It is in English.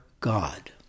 God